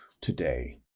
today